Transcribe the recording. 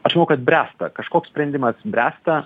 aš manau kad bręsta kažkoks sprendimas bręsta